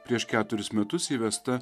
prieš keturis metus įvesta